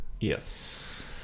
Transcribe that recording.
Yes